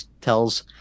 tells